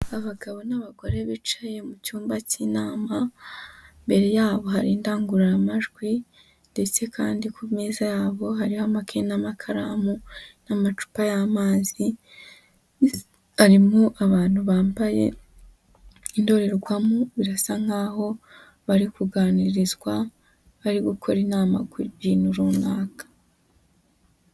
Abagabo n'abagore bicaye mu cyumba cy'inamama, imbere yabo hari indangururamajwi ndetse kandi ku meza yabo hariho amakaye n'amakaramu n'amacupa y'amazi, harimo abantu bambaye indorerwamo birasa nkaho bari kuganirizwa, bari gukora inama ku bintu runaka.